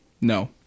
No